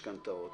משכנתאות,